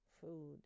food